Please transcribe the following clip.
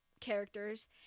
characters